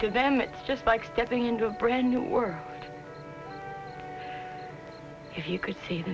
to them it's just like stepping into a brand new world if you could see the